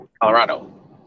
Colorado